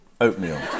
oatmeal